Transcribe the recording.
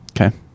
Okay